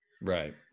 right